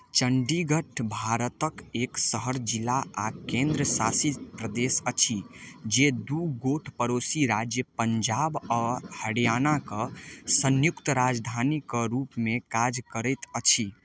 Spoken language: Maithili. चण्डीगढ़ भारतक एक शहर जिला आ केन्द्र शासित प्रदेश अछि जे दू गोट पड़ोसी राज्य पञ्जाब आ हरियाणाक संयुक्त राजधानीके रूपमे काज करैत अछि